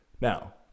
Now